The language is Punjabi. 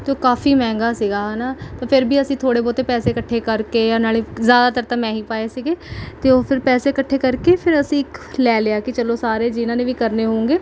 ਅਤੇ ਉਹ ਕਾਫੀ ਮਹਿੰਗਾ ਸੀਗਾ ਹੈ ਨਾ ਪਰ ਫਿਰ ਵੀ ਅਸੀਂ ਥੋੜ੍ਹੇ ਬਹੁਤੇ ਪੈਸੇ ਇਕੱਠੇ ਕਰਕੇ ਨਾਲੇ ਜ਼ਿਆਦਤਰ ਤਾਂ ਮੈਂ ਹੀ ਪਾਏ ਸੀਗੇ ਅਤੇ ਉਹ ਫਿਰ ਪੈਸੇ ਇਕੱਠੇ ਕਰਕੇ ਫਿਰ ਅਸੀਂ ਇੱਕ ਲੈ ਲਿਆ ਕਿ ਚਲੋ ਸਾਰੇ ਜਿਹਨਾਂ ਨੇ ਵੀ ਕਰਨੇ ਹੋਊਗੇ